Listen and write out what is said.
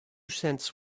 cents